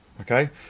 Okay